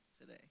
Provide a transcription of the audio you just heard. today